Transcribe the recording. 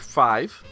five